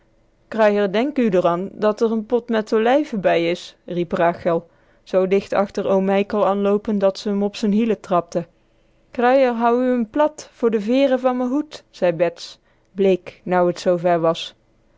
kruier denk u d'r an dat r n pot met olijven bij is riep rachel zoo dicht achter oom mijkel an loopend dat ze m op z'n hielen trapte kruier hou u m plat voor de veere van me hoed zei bets bleek nou t zoo ver was